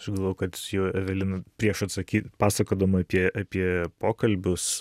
aš galvoju kad jau evelina prieš atsaky pasakodama apie apie pokalbius